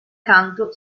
canto